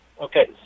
Okay